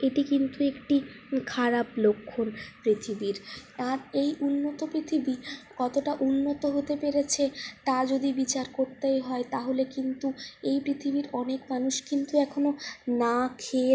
এটি কিন্তু একটি খারাপ লক্ষণ পৃথিবীর আর এই উন্নত পৃথিবী কতটা উন্নত হতে পেরেছে তা যদি বিচার করতেই হয় তা হলে কিন্তু এই পৃথিবীর অনেক মানুষ কিন্তু এখনও না খেয়ে